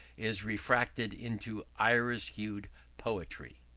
is refracted into iris-hued poetry.